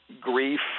grief